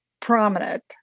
prominent